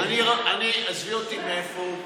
עזבי אותי מאיפה הוא.